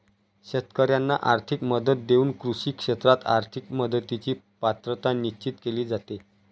शेतकाऱ्यांना आर्थिक मदत देऊन कृषी क्षेत्रात आर्थिक मदतीची पात्रता निश्चित केली जाते